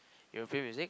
your favourite music